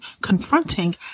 confronting